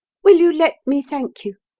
will you let me thank you?